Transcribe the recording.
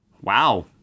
Wow